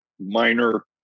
minor